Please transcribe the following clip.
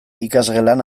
ikasgelan